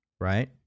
Right